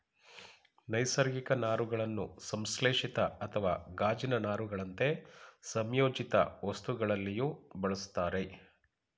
ನೈಸರ್ಗಿಕ ನಾರುಗಳನ್ನು ಸಂಶ್ಲೇಷಿತ ಅಥವಾ ಗಾಜಿನ ನಾರುಗಳಂತೆ ಸಂಯೋಜಿತವಸ್ತುಗಳಲ್ಲಿಯೂ ಬಳುಸ್ತರೆ